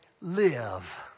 live